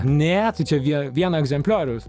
ne tai čia vieno egzemplioriaus